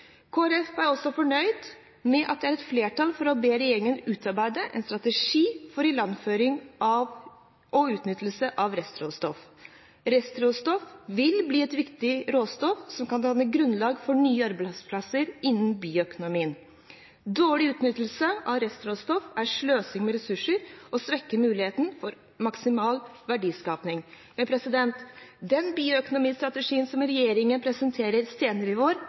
fornøyd med at det er flertall for å be regjeringen utarbeide en strategi for ilandføring og utnyttelse av restråstoffet. Restråstoffet vil bli et viktig råstoff som kan danne grunnlag for nye arbeidsplasser innen bioøkonomi. Dårlig utnyttelse av restråstoff er sløsing med ressurser og svekker muligheten for maksimal verdiskaping. Men den bioøkonomistrategien som regjeringen presenterer senere i vår,